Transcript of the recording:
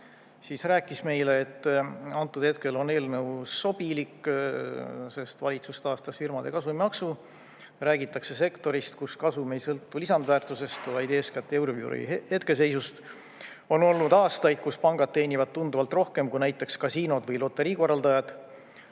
siis rääkis meile, et antud hetkel on eelnõu sobilik, sest valitsus taastas firmade kasumimaksu. Räägitakse sektorist, kus kasum ei sõltu lisandväärtusest, vaid eeskätt euribori hetkeseisust. On olnud aastaid, kus pangad teenivad tunduvalt rohkem kui näiteks kasiinod või loteriikorraldajad.